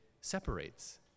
separates